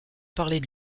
parlait